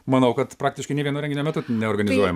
manau kad praktiškai nė vieno renginio metu neorganizuojam